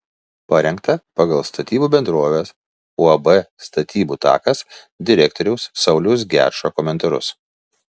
parengta pagal statybų bendrovės uab statybų takas direktoriaus sauliaus gečo komentarus